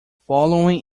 following